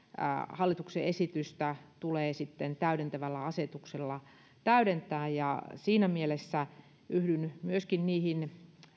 hallituksen esitystä tulee sitten täydentävällä asetuksella täydentää ja siinä mielessä yhdyn myöskin niihin